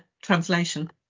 translation